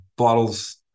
Bottles